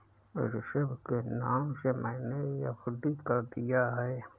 ऋषभ के नाम से मैने एफ.डी कर दिया है